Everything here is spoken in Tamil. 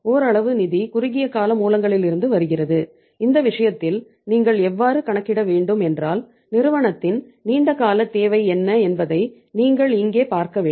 ஓரளவு நிதி குறுகிய கால மூலங்களிலிருந்து வருகிறது இந்த விஷயத்தில் நீங்கள் எவ்வாறு கணக்கிட வேண்டும் என்றால் நிறுவனத்தின் நீண்ட கால தேவை என்ன என்பதை நீங்கள் இங்கே பார்க்க வேண்டும்